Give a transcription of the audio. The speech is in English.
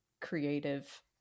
creative